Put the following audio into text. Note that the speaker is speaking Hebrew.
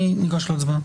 ניגש להצבעה.